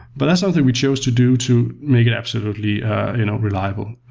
but that's something we chose to do to make it absolutely you know reliable.